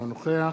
אינו נוכח